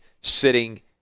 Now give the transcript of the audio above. sitting